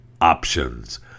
options